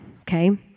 okay